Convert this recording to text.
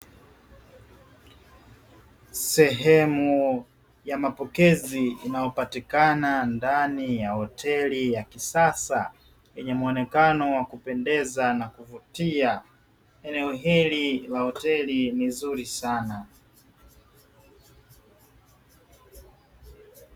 Sehemu ya mapokezi inayopatikana ndani ya hoteli ya kisasa, yenye muonekano wa kupendeza na kuvutia. Eneo hili la hoteli ni zuri sana.